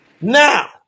Now